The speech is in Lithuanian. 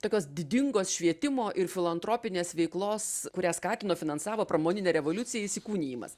tokios didingos švietimo ir filantropinės veiklos kurią skatino finansavo pramoninė revoliucija įsikūnijimas